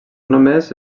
només